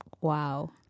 Wow